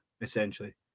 essentially